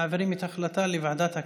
מעבירים את ההחלטה לוועדת הכספים.